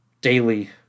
daily